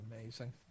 amazing